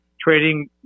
trading